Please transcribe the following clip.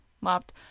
mopped